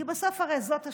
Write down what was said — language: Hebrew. כי בסוף הרי זאת השאלה.